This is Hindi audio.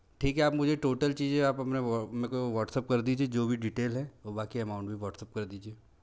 ठीक है आप मुझे टोटल चीज़ें आप अपने वो मेको व्हाट्सएप कर दीजिए जो भी डिटेल है वो बाकी अमाउंट भी व्हाट्सएप कर दीजिए